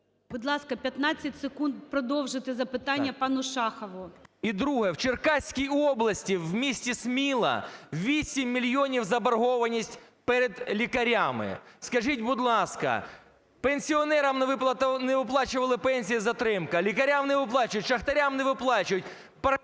Будь ласка, 15 секунд – продовжити запитання пану Шахову. 10:47:52 ШАХОВ С.В. І друге. В Черкаській області в місті Сміла 8 мільйонів заборгованість перед лікарями. Скажіть, будь ласка, пенсіонерам не виплачували пенсії, затримка, лікарям не виплачують, шахтарям не виплачують...